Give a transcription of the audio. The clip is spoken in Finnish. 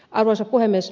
arvoisa puhemies